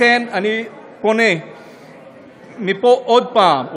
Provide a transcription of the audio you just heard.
לכן אני פונה מפה עוד פעם,